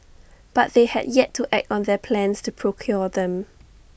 but they had yet to act on their plans to procure them